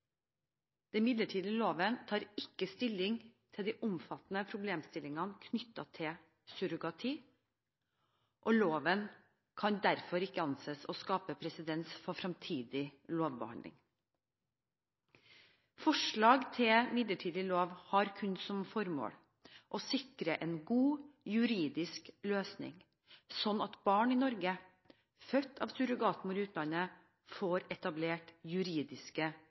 Den midlertidige loven tar ikke stilling til de omfattende problemstillingene knyttet til surrogati, og loven kan derfor ikke anses å skape presedens for fremtidig lovbehandling. Forslaget til midlertidig lov har kun som formål å sikre en god juridisk løsning, sånn at barn i Norge, født av surrogatmor i utlandet, får etablert juridiske